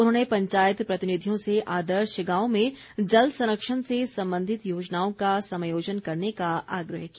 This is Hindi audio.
उन्होंने पंचायत प्रतिनिधियों से आदर्श गांवों में जल संरक्षण से संबंधित योजनाओं का समायोजन करने का आग्रह किया